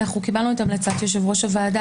קיבלנו את המלצת יושב-ראש הוועדה,